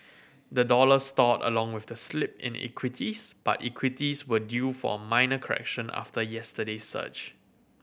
the dollar stalled along with the slip in equities but equities were due for a minor correction after yesterday's surge